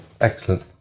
Excellent